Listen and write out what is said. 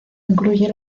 incluye